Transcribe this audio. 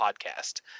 podcast